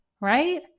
right